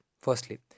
Firstly